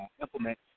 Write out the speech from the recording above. implement